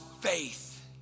faith